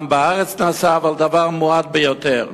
גם בארץ נעשה, אבל מעט ביותר.